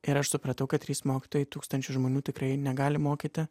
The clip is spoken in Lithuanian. ir aš supratau kad trys mokytojai tūkstančių žmonių tikrai negali mokyti